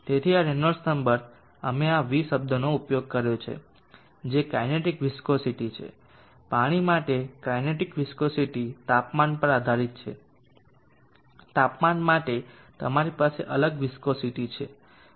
તેથી આ Reynolds number અમે આ ν શબ્દનો ઉપયોગ કર્યો છે જે કાઇનેટિક વિસ્કોસીટી છે પાણી માટે કાઇનેટિક વિસ્કોસીટી તાપમાન પર આધારિત છે વિવિધ તાપમાન માટે તમારી પાસે અલગ વિસ્કોસીટી છે